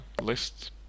list